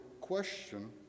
question